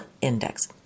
index